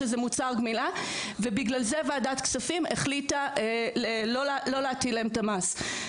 שזה מוצר גמילה ובגלל זה ועדת כספים החליטה לא להטיל להם את המס.